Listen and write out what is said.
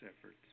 efforts